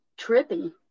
Trippy